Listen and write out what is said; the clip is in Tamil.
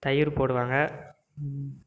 தயிர் போடுவாங்க